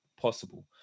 possible